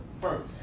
first